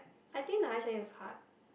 I think the higher Chinese was hard